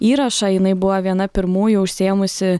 įrašą jinai buvo viena pirmųjų užsiėmusi